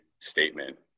statement